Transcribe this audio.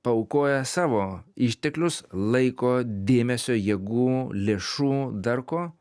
paaukoja savo išteklius laiko dėmesio jėgų lėšų dar ko